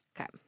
Okay